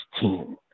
team